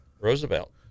Roosevelt